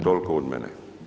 Toliko od mene.